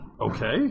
Okay